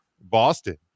Boston